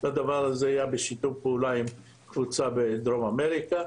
הדבר הזה היה בשיתוף פעולה עם קבוצה בדרום אמריקה,